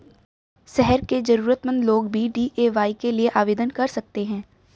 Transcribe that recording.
शहर के जरूरतमंद लोग भी डी.ए.वाय के लिए आवेदन कर सकते हैं